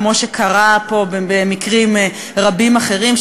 כמו שקרה פה במקרים רבים אחרים,